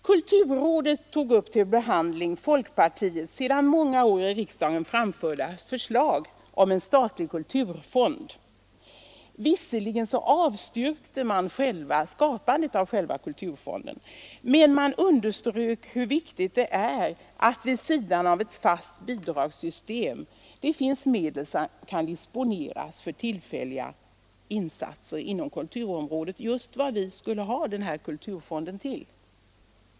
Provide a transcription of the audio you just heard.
Kulturrådet tog upp till behandling folkpartiets sedan många år i riksdagen framförda förslag om en statlig kulturfond. Visserligen avstyrkte man skapandet av själva kulturfonden men man underströk hur viktigt det är att vid sidan av ett fast bidragssystem ha medel som kan disponeras för tillfälliga insatser inom kulturområdet. — Det är just vad vi tänkt att vi skulle ha den här kulturfonden till.